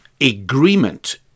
agreement